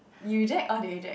you dread or they dread